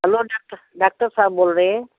hello doctor doctor साहब बोल रहे